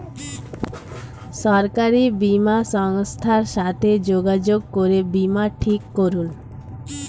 সরকারি বীমা সংস্থার সাথে যোগাযোগ করে বীমা ঠিক করুন